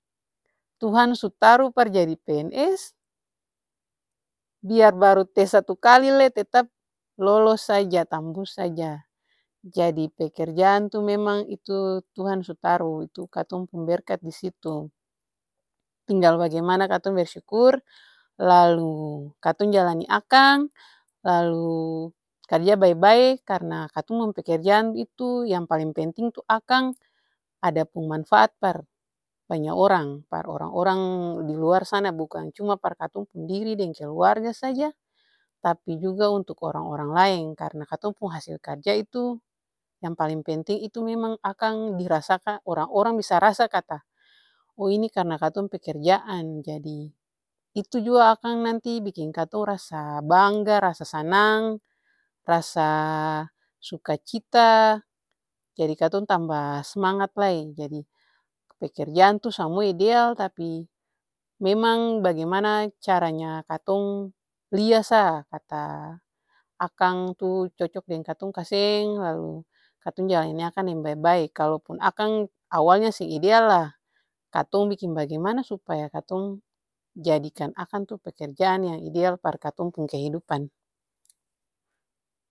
Tuhan su taru par jadi pns biar baru tes satu kali lai tetap lolos saja, tambus saja. Jadi pekerjaan tuh memang itu tuhan su taru, itu katong pung berkat disitu, tinggal bagimana katong bersukur, lalu katong jalani akang, lalu karja bae-bae karna katong pekerjaan itu yang paleng penting tuh akang ada pung manfaat par banya orang, par orang-orang diluar sana bukang cuma par katong pung diri deng keluarga saja. Tapi juga untuk orang-orang laeng karna katong pung hasil karja itu yang paleng itu dirasakan orang-orang bisa rasa kata oh ini karna katong pekerjaan jadi itu jua akang nanti biking katong rasa bangga, rasa sanang, rasa suka cita. Jadi katong tamba semangat lai. Jadi pekerjaan tuh samua ideal tapi memang bagimana caranya katong lia sa kata akang tuh cocok deng katong kaseng, lalu katong jalani akang deng bae-bae kalaupun akang awalnya seng ideal lah katong biking bagimana supaya katong jadikan akang tuh pekerjaan yang ideal par katong pung kehidupan.